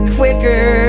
quicker